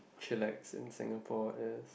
chillax in Singapore is